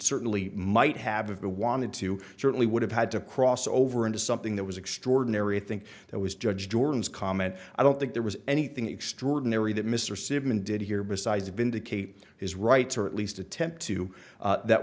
certainly might have of the wanted to certainly would have had to cross over into something that was extraordinary i think that was judge jordan's comment i don't think there was anything extraordinary that mr sigman did here besides of indicate his rights or at least attempt to that